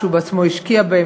שהוא בעצמו השקיע בו,